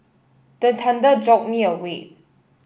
the thunder jolt me awake